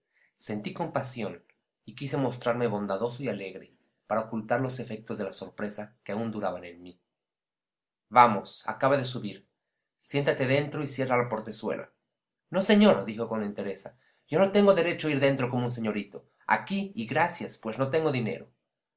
sentí compasión y quise mostrarme bondadoso y alegre para ocultar los efectos de la sorpresa que aún duraban en mí vamos acaba de subir siéntate dentro y cierra la portezuela no señor dijo con entereza yo no tengo derecho a ir dentro como un señorito aquí y gracias pues no tengo dinero